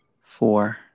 four